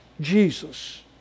Jesus